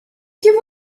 que